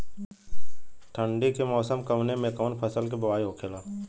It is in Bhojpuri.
ठंडी के मौसम कवने मेंकवन फसल के बोवाई होखेला?